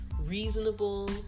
reasonable